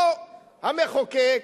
המחוקק,